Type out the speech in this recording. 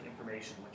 information